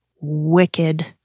wicked